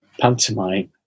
pantomime